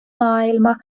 maailma